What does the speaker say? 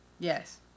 Yes